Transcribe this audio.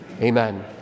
Amen